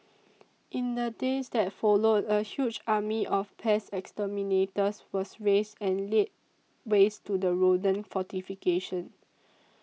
in the days that followed a huge army of pest exterminators was raised and laid waste to the rodent fortification